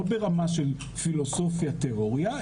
לא ברמה של פילוסופיה תיאוריה,